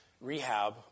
rehab